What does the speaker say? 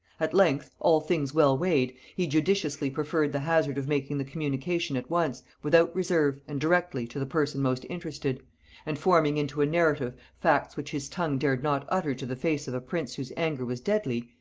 at length, all things well weighed, he judiciously preferred the hazard of making the communication at once, without reserve, and directly, to the person most interested and, forming into a narrative facts which his tongue dared not utter to the face of a prince whose anger was deadly,